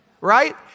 Right